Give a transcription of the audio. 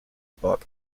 epoch